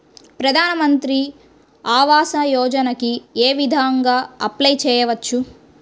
ప్రధాన మంత్రి ఆవాసయోజనకి ఏ విధంగా అప్లే చెయ్యవచ్చు?